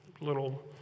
little